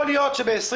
יכול להיות שב-20/20,